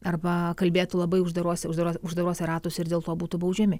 arba kalbėtų labai uždaruose uždaro uždaruose ratuose ir dėl to būtų baudžiami